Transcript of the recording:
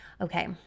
Okay